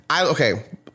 okay